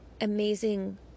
amazing